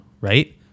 right